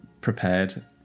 prepared